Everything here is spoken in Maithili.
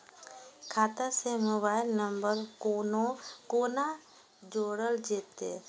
खाता से मोबाइल नंबर कोना जोरल जेते?